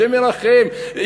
השם ירחם,